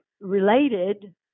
related